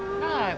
not like